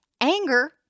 Anger